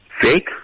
Fake